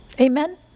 amen